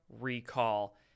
recall